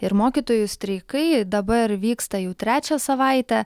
ir mokytojų streikai dabar vyksta jau trečią savaitę